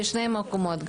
מקומות.